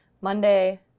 Monday